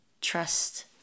trust